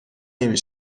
نمی